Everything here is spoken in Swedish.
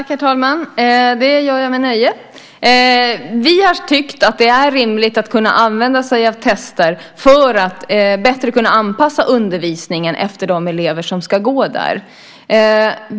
Herr talman! Det gör jag med nöje. Vi har tyckt att det är rimligt att kunna använda sig av tester för att bättre kunna anpassa undervisningen efter de elever som ska gå där.